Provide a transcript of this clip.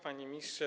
Panie Ministrze!